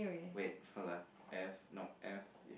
wait hold on wait F nope F